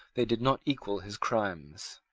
they did not equal his crimes.